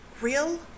real